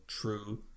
true